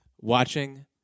watching